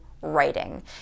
writing